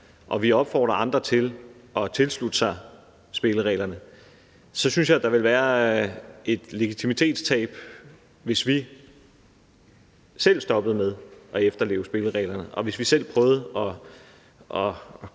og vi opfordrer andre til at tilslutte sig spillereglerne, så synes jeg, der ville være et legitimitetstab, hvis vi selv stoppede med at efterleve spillereglerne, og hvis vi selv prøvede at